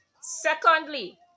Secondly